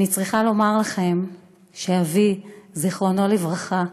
אני צריכה לומר לכם שאבי, זיכרונו לברכה,